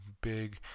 big